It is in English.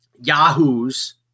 Yahoo's